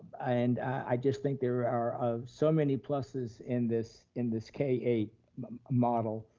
and i just think there are um so many pluses in this in this k eight model.